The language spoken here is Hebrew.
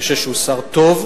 אני חושב שהוא שר טוב,